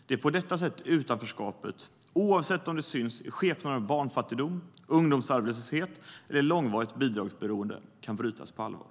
Det är på detta sätt utanförskapet - oavsett om det syns i skepnaden av barnfattigdom, ungdomsarbetslöshet eller långvarigt bidragsberoende - kan brytas på allvar.